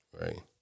Right